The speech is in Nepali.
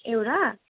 ए हो र